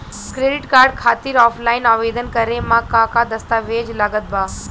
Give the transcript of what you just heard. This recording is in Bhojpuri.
क्रेडिट कार्ड खातिर ऑफलाइन आवेदन करे म का का दस्तवेज लागत बा?